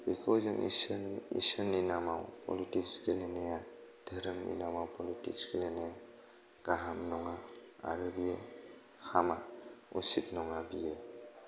बेखौ जोंङो इसोरनि नामाव पलिटिक्स गेलेनाया धोरोमनि नामाव पलिटिक्स गेलेनाया गाहाम नंआ आरो बियो हामा असित नंआ बियो